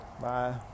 Bye